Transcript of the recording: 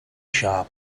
shop